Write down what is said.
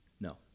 No